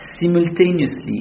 simultaneously